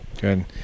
Good